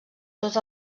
tots